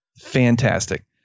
fantastic